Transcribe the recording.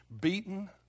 beaten